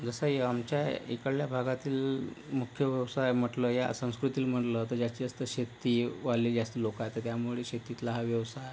जसंही आमच्या इकडल्या भागातील मुख्य व्यवसाय म्हटलं या संस्कृतील म्हणलं तर जास्तीत जास्त शेतीवाले जास्त लोक आहेत तर त्यामुळे शेतीतला हा व्यवसाय आहे